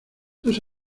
dos